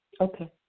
Okay